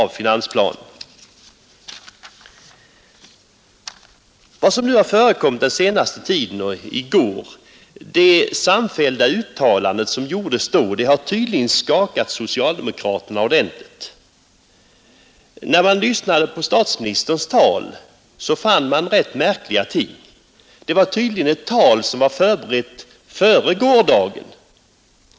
Vad som har förekommit under den senaste tiden och det samfällda uttalande som gjordes i går har tydligen ordentligt skakat socialdemokraterna. När man lyssnade till statsministerns tal, fann man där rätt märkliga ting. Det var tydligen ett tal, som var förberett före gårdagen.